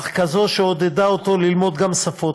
אך כזו שעודדה אותו ללמוד גם שפות,